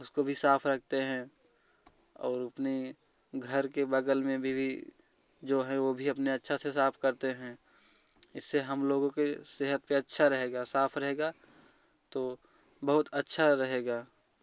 उसको भी साफ रखते हैं और अपनी घर के बगल में भी भी जो है वो भी अपने अच्छा से साफ करते हैं इससे हम लोगों के सेहत पे अच्छा रहेगा साफ़ रहेगा तो बहुत अच्छा रहेगा